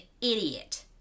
idiot